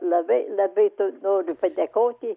labai labai taip noriu padėkoti